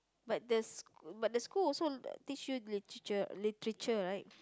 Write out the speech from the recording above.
but the sch~ but the school also teach you Literature Literature right